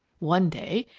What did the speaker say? one day,